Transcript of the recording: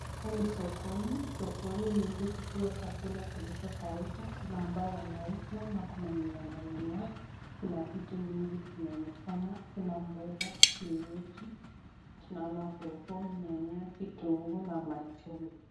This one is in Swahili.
Hapa ni sokoni. Sokoni mingi zikiwa chakula zilizo karibu na ambao wanauza na kuna wenye wananunua. Kuna vitu mingi zinaonekana. Kuna mboga za kienyeji. Tunaona hoho, nyanya, kitunguu na machungwa.